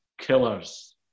killers